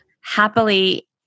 happily